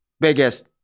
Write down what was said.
biggest